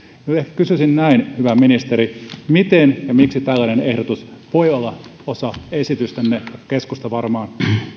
kysyisin hyvä ministeri miten ja miksi tällainen ehdotus voi olla osa esitystänne keskusta varmaan